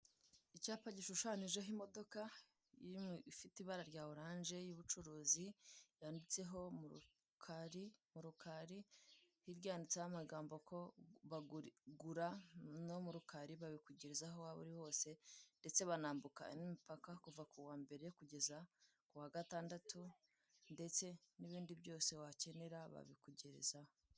Icyapa gishoshanyijeho imodoka imwe ifite ibara rya oranje y'ubucuruzi yanditseho m'urukari, hirya yanditseho amagambo ko bagura no murukari babikugereza aho waba uri hose, ndetse banambuka n'imipaka kuva kuwa mbere kugeza kuwa gatandatu, ndetse n'ibindi byose wakenera babikugerezaho.